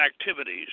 activities